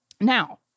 Now